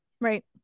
Right